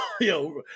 yo